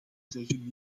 zeggen